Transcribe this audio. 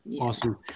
Awesome